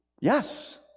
Yes